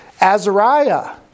Azariah